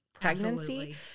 pregnancy